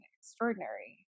extraordinary